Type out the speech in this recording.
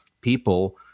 people